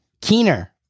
Keener